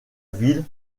ville